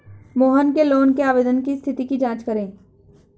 मोहन के लोन के आवेदन की स्थिति की जाँच करें